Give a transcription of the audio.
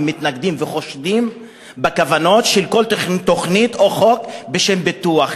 מתנגדים וחושדים בכוונות של כל תוכנית או חוק בשם "פיתוח",